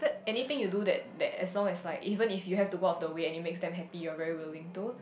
anything you do that that as long as like even if you have go other ways to make them happy are very willing too